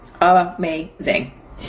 Amazing